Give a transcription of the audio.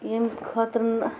ییٚمہِ خٲطرٕ نہٕ